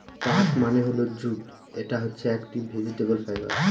পাট মানে হল জুট এটা হচ্ছে একটি ভেজিটেবল ফাইবার